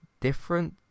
different